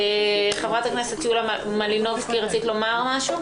חברת הכנסת יוליה מלינובסקי, רצית לומר משהו?